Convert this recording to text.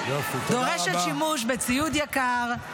היא דורשת שימוש בציוד יקר,